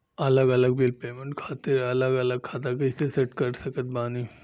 अलग अलग bill payment खातिर अलग अलग खाता कइसे सेट कर सकत बानी?